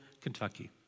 Kentucky